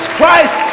Christ